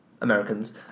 Americans